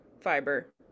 fiber